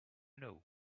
know